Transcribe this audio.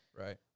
Right